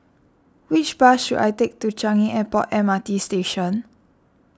which bus should I take to Changi Airport M R T Station